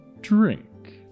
drink